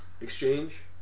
exchange